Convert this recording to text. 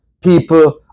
people